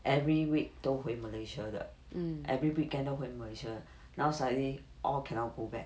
every week 都回 malaysia 的 every weekend 都回 malaysia now suddenly all cannot go back